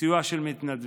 בסיוע של מתנדבים,